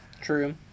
True